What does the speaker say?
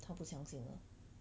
他不相信的